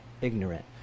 ignorant